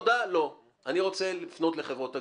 אני רוצה לפנות לחברות הגבייה,